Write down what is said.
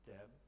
Deb